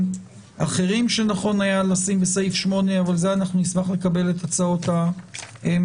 אחרים שנכון היה לשים בסעיף 8. אבל על זה נשמח לקבל את הצעות המדינה.